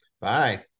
Bye